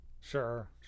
sure